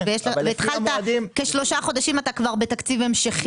ואתה כבר שלושה חודשים בתקציב המשכי.